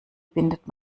bindet